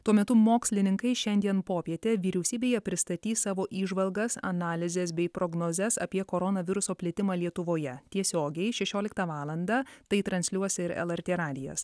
tuo metu mokslininkai šiandien popietę vyriausybėje pristatys savo įžvalgas analizes bei prognozes apie koronaviruso plitimą lietuvoje tiesiogiai šešioliktą valandą tai transliuos ir lrt radijas